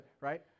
right